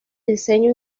diseño